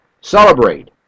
celebrate